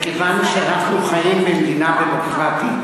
מכיוון שאנחנו חיים במדינה דמוקרטית